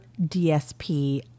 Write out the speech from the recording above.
DSP